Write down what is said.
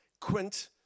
Quint